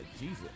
Jesus